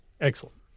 Excellent